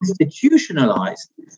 institutionalized